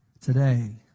today